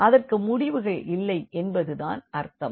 அதற்கு முடிவுகள் இல்லை என்பது தான் அர்த்தம்